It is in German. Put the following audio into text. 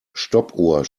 stoppuhr